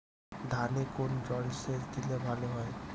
ধানে কোন জলসেচ দিলে ভাল হয়?